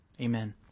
Amen